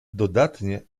dodatnie